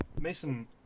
Mason